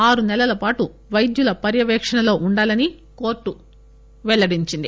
ఆరు నెలల పాటు పైద్యుల పర్యవేక్షణలోనే ఉండాలని కోర్టు పెల్లడించింది